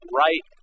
right